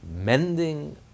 mending